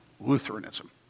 Lutheranism